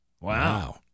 Wow